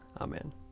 Amen